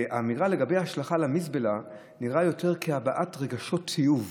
והאמירה לגבי ההשלכה למזבלה נראית יותר כהבעת רגשות תיעוב